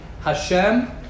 Hashem